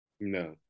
no